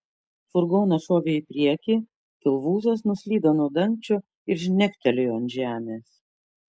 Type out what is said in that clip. furgonas šovė į priekį pilvūzas nuslydo nuo dangčio ir žnegtelėjo ant žemės